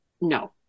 no